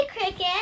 Cricket